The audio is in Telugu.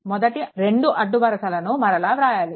మొదటి రెండు అడ్డు వరుసలను మరలా వ్రాయాలి